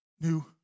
new